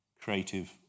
creative